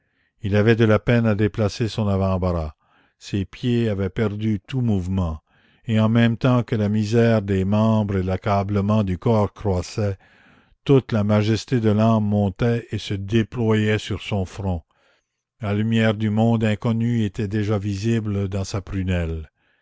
il avait de la peine à déplacer son avant-bras ses pieds avaient perdu tout mouvement et en même temps que la misère des membres et l'accablement du corps croissait toute la majesté de l'âme montait et se déployait sur son front la lumière du monde inconnu était déjà visible dans sa prunelle